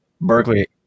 Berkeley